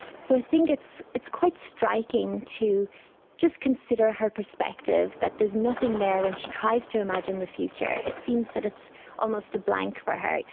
so i think it's it's quite striking to just consider her perspective, that there's nothing there when she tries to imagine the future. it seems that it's almost a blank for her,